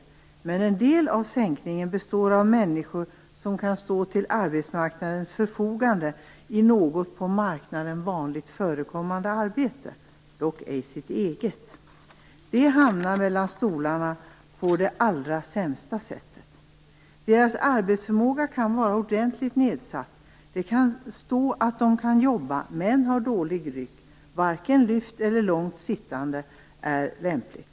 En del av sänkningen består dock av att människor hänförts till kategorin människor som kan stå till arbetsmarknadens förfogande i något på marknaden vanligt förekommande arbete, dock ej sitt eget. Dessa personer hamnar mellan stolarna på det allra sämsta sättet. Deras arbetsförmåga kan vara ordentligt nedsatt. Det kan vara antecknat att de kan jobba men att de har dålig rygg - varken lyft eller långt sittande är lämpligt.